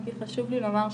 כי חשוב לי לומר,